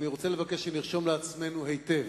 אני רוצה לבקש שנרשום לעצמנו היטב,